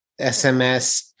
SMS